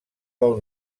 del